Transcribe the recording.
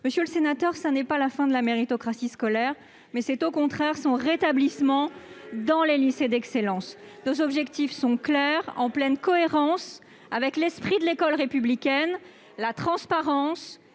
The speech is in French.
Monsieur le sénateur, ce n'est pas la fin de la méritocratie scolaire Si ! C'est, au contraire, son rétablissement dans les lycées d'excellence. Nos objectifs sont clairs : en pleine cohérence avec l'esprit de l'école républicaine, nous